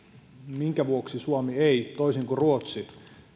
minkä vuoksi suomi ei toisin kuin ruotsi